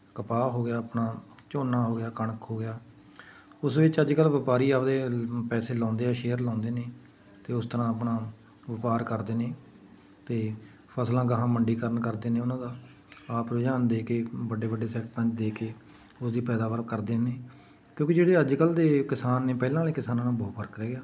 ਕਪਾਹ ਹੋ ਗਿਆ ਆਪਣਾ ਝੋਨਾ ਹੋ ਗਿਆ ਕਣਕ ਹੋ ਗਿਆ ਉਸ ਵਿੱਚ ਅੱਜ ਕੱਲ੍ਹ ਵਪਾਰੀ ਆਪਦੇ ਪੈਸੇ ਲਾਉਂਦੇ ਆ ਸ਼ੇਅਰ ਲਾਉਂਦੇ ਨੇ ਅਤੇ ਉਸ ਤਰ੍ਹਾਂ ਆਪਣਾ ਵਪਾਰ ਕਰਦੇ ਨੇ ਅਤੇ ਫਸਲਾਂ ਅਗਾਂਹ ਮੰਡੀਕਰਨ ਕਰਦੇ ਨੇ ਉਹਨਾਂ ਦਾ ਆਪ ਰੁਝਾਨ ਦੇ ਕੇ ਵੱਡੇ ਵੱਡੇ ਸੈਕਟਰਾਂ 'ਚ ਦੇ ਕੇ ਉਸ ਦੀ ਪੈਦਾਵਾਰ ਕਰਦੇ ਨੇ ਕਿਉਂਕਿ ਜਿਹੜੇ ਅੱਜ ਕੱਲ੍ਹ ਦੇ ਕਿਸਾਨ ਨੇ ਪਹਿਲਾਂ ਵਾਲੇ ਕਿਸਾਨਾਂ ਨਾਲੋਂ ਬਹੁ ਫਰਕ ਰਹਿ ਗਿਆ